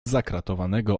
zakratowanego